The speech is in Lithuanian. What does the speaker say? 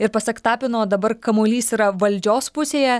ir pasak tapino dabar kamuolys yra valdžios pusėje